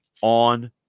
on